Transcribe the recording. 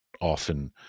often